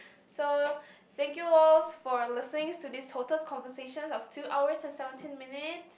so thank you alls for listening to this conversation of two hours and seventeen minutes